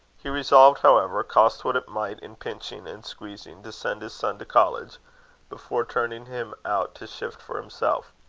he resolved, however, cost what it might in pinching and squeezing, to send his son to college before turning him out to shift for himself.